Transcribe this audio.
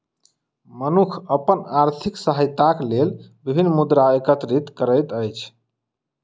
मनुख अपन आर्थिक सहायताक लेल विभिन्न मुद्रा एकत्रित करैत अछि